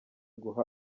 guha